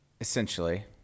essentially